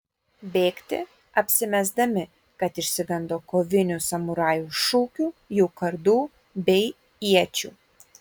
bėgti apsimesdami kad išsigando kovinių samurajų šūkių jų kardų bei iečių